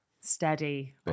steady